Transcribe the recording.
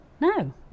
no